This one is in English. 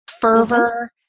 fervor